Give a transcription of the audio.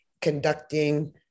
conducting